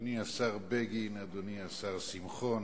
אדוני השר בגין, אדוני השר שמחון,